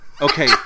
Okay